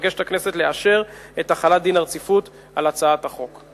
מתבקשת הכנסת לאשר את החלת דין הרציפות על הצעת החוק.